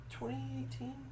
2018